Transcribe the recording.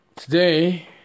Today